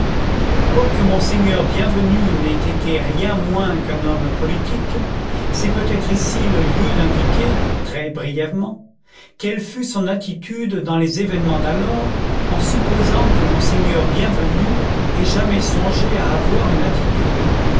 quoique monseigneur bienvenu n'ait été rien moins qu'un homme politique c'est peut-être ici le lieu d'indiquer très brièvement quelle fut son attitude dans les événements d'alors en supposant que monseigneur bienvenu ait jamais songé à avoir une attitude